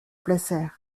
placèrent